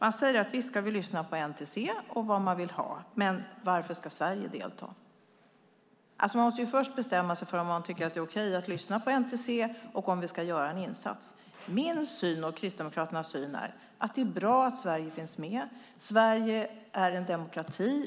Ni säger att visst ska vi lyssna på NTC och vad de vill ha, men varför ska Sverige delta? Man måste ju först bestämma sig för om man tycker att det är okej att lyssna på NTC och om vi ska göra en insats. Min och Kristdemokraternas syn är att det är bra att Sverige finns med. Sverige är en demokrati.